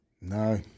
No